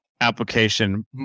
application